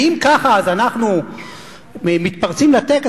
ואם ככה אז אנחנו מתפרצים לטקס,